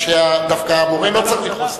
דווקא המורה לא צריך לכעוס עלייך.